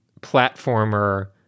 platformer